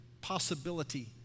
possibility